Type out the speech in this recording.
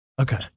Okay